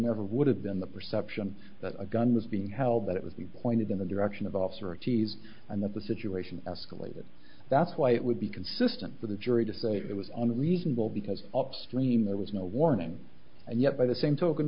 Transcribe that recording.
never would have been the perception that a gun was being held that it would be pointed in the direction of officer of cheese and that the situation escalated that's why it would be consistent for the jury to say it was on reasonable because upstream there was no warning and yet by the same token